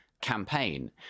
campaign